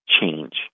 change